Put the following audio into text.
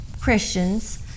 Christians